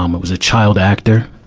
um was a child actor.